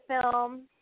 film